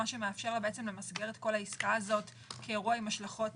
מה שמאפשר לה למסגר את כל העסקה הזאת כאירוע עם השלכות